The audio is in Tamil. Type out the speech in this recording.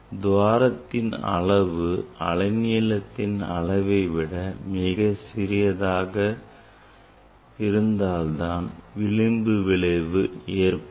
துவாரத்தின் அளவு அலை நீளத்தின் அளவை விட மிகச் சிறியதாக இருந்தால்தான் விளிம்பு விளைவு ஏற்படும்